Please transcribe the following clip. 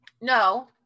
No